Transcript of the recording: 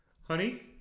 Honey